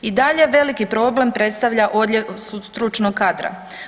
I dalje veliki problem predstavlja odljev stručnog kadra.